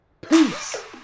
peace